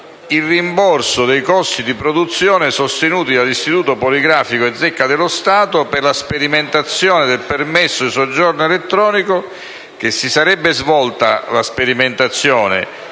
il rimborso dei costi di produzione sostenuti dall'Istituto poligrafico e Zecca dello Stato per la sperimentazione del permesso di soggiorno elettronico, che si sarebbe svolta dal dicembre